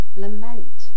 Lament